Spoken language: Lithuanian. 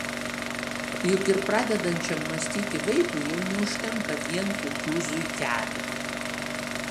juk ir pradedančiam mąstyti vaikui jau neužtenka vien kokių zuikelių